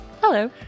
Hello